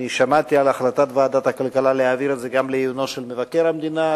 שמעתי על החלטת ועדת הכלכלה להעביר את זה גם לעיונו של מבקר המדינה.